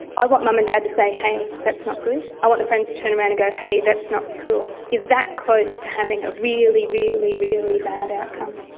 i want mum and dad to say, hey, that's not good. i want the friends to turn around and go, hey, that's not cool. you're that close to having a really, really, really bad outcome.